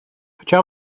хоча